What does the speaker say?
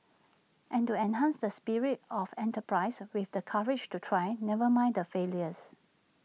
and to enhance the spirit of enterprise with the courage to try never mind the failures